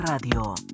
Radio